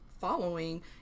following